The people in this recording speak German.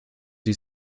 sie